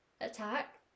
attack